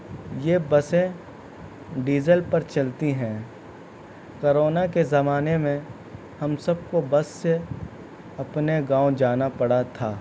یہ بسیں ڈیزل پر چلتی ہیں کرونا کے زمانے میں ہم سب کو بس سے اپنے گاؤں جانا پڑا تھا